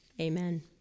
Amen